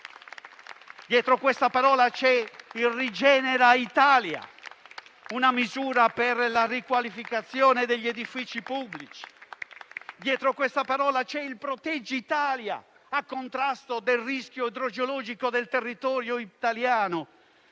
Dietro questa parola c'è il Rigenera Italia, una misura per la riqualificazione degli edifici pubblici; dietro questa parola c'è il Proteggi Italia, a contrasto del rischio idrogeologico del territorio italiano;